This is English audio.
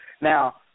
now